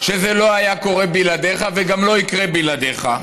שזה לא היה קורה בלעדיך וגם לא יקרה בלעדיך,